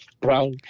brown